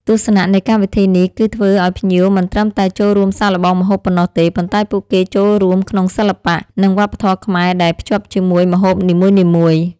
ទស្សនៈនៃកម្មវិធីនេះគឺធ្វើឲ្យភ្ញៀវមិនត្រឹមតែ ចូលរួមសាកល្បងម្ហូប ប៉ុណ្ណោះទេ ប៉ុន្តែពួកគេចូលរួមក្នុងសិល្បៈ និងវប្បធម៌ខ្មែរដែលភ្ជាប់ជាមួយម្ហូបនីមួយៗ។